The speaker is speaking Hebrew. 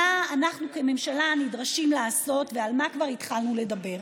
מה אנחנו כממשלה נדרשים לעשות ועל מה כבר התחלנו לדבר?